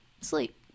sleep